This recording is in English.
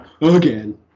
again